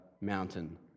mountain